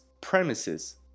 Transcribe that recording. premises